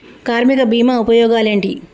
కార్మిక బీమా ఉపయోగాలేంటి?